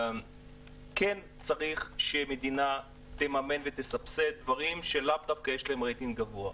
כן צריך שהמדינה תממן ותסבסד דברים שלאו דווקא יש להם רייטינג גבוה.